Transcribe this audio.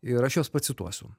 ir aš juos pacituosiu